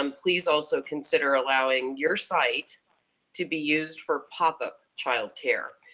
um please also consider allowing your site to be used for pop-up child care.